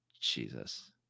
Jesus